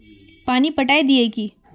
पानी पटाय दिये की?